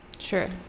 sure